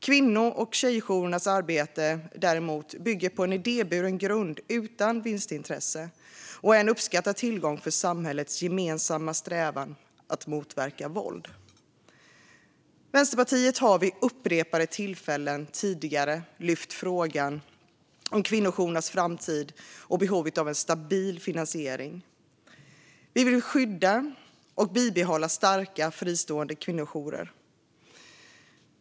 Kvinno och tjejjourernas arbete bygger däremot på en idéburen grund utan vinstintresse och är en uppskattad tillgång för samhällets gemensamma strävan att motverka våld. Vi i Vänsterpartiet har vid upprepade tillfällen tidigare lyft frågan om kvinnojourernas framtid och behovet av stabil finansiering. Vi vill skydda och bibehålla starka och fristående kvinnojourer.